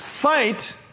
Fight